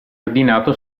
ordinato